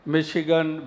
Michigan